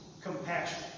compassion